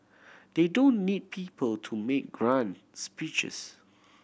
they don't need people to make grand speeches